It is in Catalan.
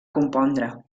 compondre